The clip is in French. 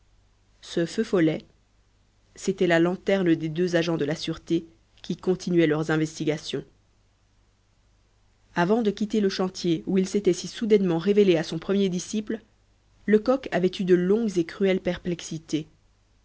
ce feu follet c'était la lanterne des deux agents de la sûreté qui continuaient leurs investigations avant de quitter le chantier où il s'était si soudainement révélé à son premier disciple lecoq avait eu de longues et cruelles perplexités